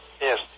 Yes